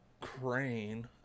Crane